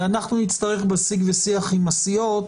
אנחנו נצטרך בשיג ושיח עם הסיעות